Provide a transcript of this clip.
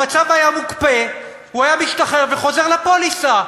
המצב היה מוקפא, הוא היה משתחרר וחוזר לפוליסה.